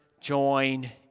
join